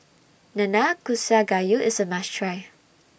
Nanakusa Gayu IS A must Try